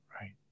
Right